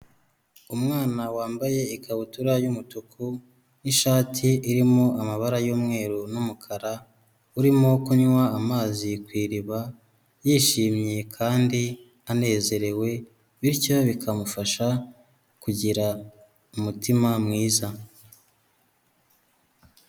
Umwana wambaye ikabutura y'umutuku, n'ishati irimo amabara y'umweru n'umukara, urimo kunywa amazi ku iriba yishimye kandi anezerewe bityo bikamufasha kugira umutima mwiza.